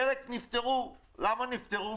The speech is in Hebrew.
חלק נפתרו, למה נפתרו?